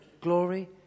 glory